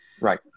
Right